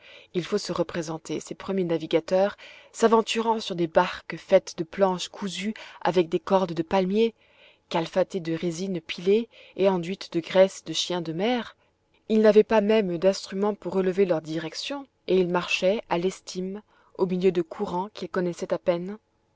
il faut se représenter ces premiers navigateurs s'aventurant sur des barques faites de planches cousues avec des cordes de palmier calfatées de résine pilée et enduites de graisse de chiens de mer ils n'avaient pas même d'instruments pour relever leur direction et ils marchaient à l'estime au milieu de courants qu'ils connaissaient à peine